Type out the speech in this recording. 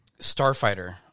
Starfighter